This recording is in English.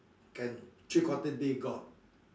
can three quarter day gone